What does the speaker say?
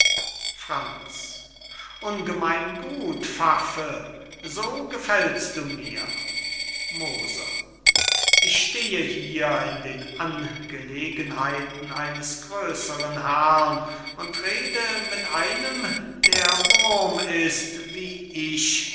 franz ungemein gut pfaffe so gefällst du mir moser ich stehe hier in den angelegenheiten eines gröseren herrn und rede mit einem der wurm ist wie ich